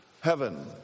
heaven